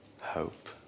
hope